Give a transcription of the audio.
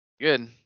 Good